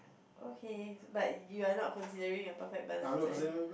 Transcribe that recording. okay but you are not considering a perfect balanced there